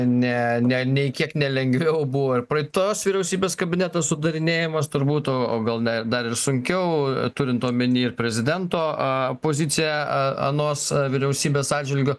ne ne nei kiek ne lengviau buvo ir praeitos vyriausybės kabinetas sudarinėjamas turbūt o o gal da dar ir sunkiau turint omeny ir prezidento a poziciją a anos vyriausybės atžvilgiu